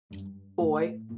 Boy